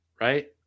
right